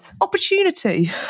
opportunity